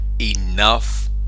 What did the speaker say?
enough